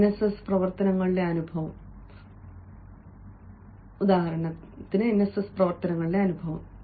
NSS പ്രവർത്തനങ്ങളുടെ അനുഭവം